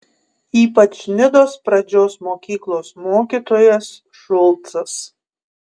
ypač nidos pradžios mokyklos mokytojas šulcas